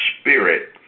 Spirit